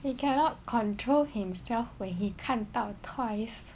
he cannot control himself when he 看到 twice